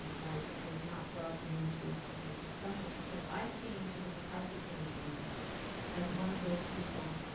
um or it was not brought into our family discussion. so i came to the mccarthy campaign as one of those people